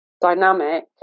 dynamic